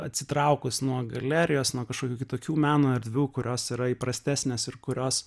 atsitraukus nuo galerijos nuo kažkokių kitokių meno erdvių kurios yra įprastesnės ir kurios